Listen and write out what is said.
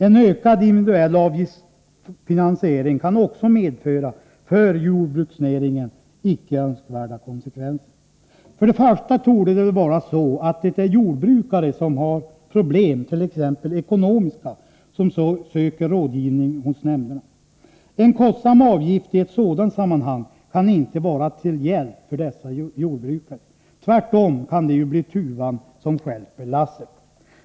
En ökad individuell avgiftsfinansiering kan också medföra för jordbruksnäringen icke önskvärda konsekvenser. Först och främst torde det väl vara så att det är jordbrukare som har problem, t.ex. ekonomiska, som söker rådgivning hos nämnderna. En kostsam avgift i ett sådant sammanhang kan inte vara till hjälp för dessa jordbrukare. Tvärtom kan det ju bli tuvan som stjälper lasset.